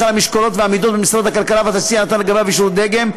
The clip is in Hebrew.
על המשקולות והמידות במשרד הכלכלה והתעשייה נתן לגביו אישור דגם,